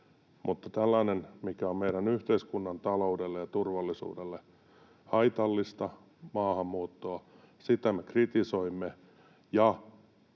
tällaista, mikä on meidän yhteiskunnan taloudelle ja turvallisuudelle haitallista maahanmuuttoa, me kritisoimme,